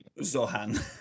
Zohan